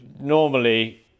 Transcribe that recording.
normally